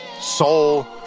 soul